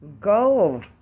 Go